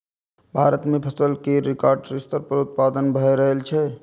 भारत मे फसल केर रिकॉर्ड स्तर पर उत्पादन भए रहल छै